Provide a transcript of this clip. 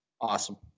awesome